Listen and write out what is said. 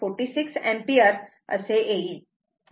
46 ampere असे येईल